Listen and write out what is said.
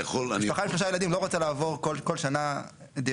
משפחה עם שלושה ילדים לא רוצה לעבור בכל שנה דירה,